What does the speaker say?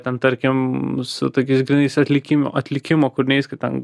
ten tarkim su tokiais grynais atlikimo atlikimo kūriniais kai ten